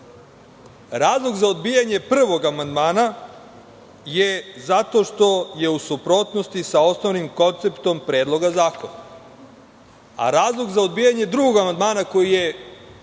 zarez. Razlog za odbijanje prvog amandmana je zato što je u suprotnosti sa osnovnim konceptom Predloga zakona, a razlog za dobijanje drugog amandmana koji je